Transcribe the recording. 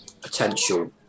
potential